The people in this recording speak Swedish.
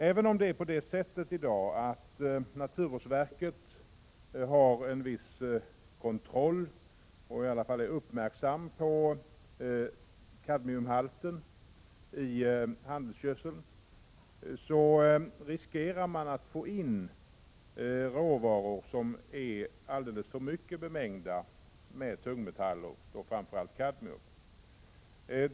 Även om naturvårdsverket utövar en viss kontroll och åtminstone är uppmärksamt på kadmiumhalten i handelsgödsel, riskerar vi att få in råvaror som är alldeles för mycket bemängda med tungmetaller, framför allt kadmium.